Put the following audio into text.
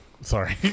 Sorry